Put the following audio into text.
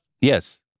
Yes